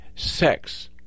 sex